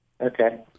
okay